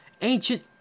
ancient